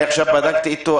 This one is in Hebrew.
עכשיו בדקתי איתו.